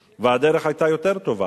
הדרך היתה יותר קצרה והדרך היתה יותר טובה.